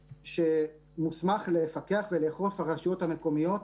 שמוסמך לפקח ולאכוף על הרשויות המקומיות